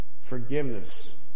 Forgiveness